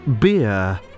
beer